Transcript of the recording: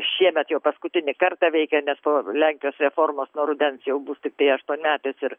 šiemet jau paskutinį kartą veikia nes po lenkijos reformos nuo rudens jau bus tiktai aštuonmetės ir